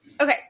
okay